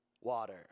water